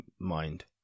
mind